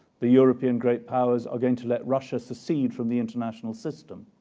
the european great powers are going to let russia secede from the international system,